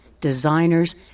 designers